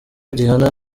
rihanna